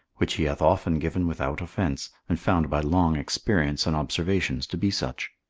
which he hath often given without offence, and found by long experience and observations to be such.